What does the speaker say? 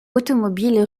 automobile